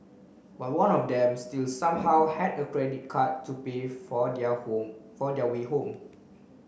but one of them still somehow had a credit card to pay for their home for their way home